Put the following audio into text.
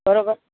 બરાબર